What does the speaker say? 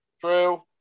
True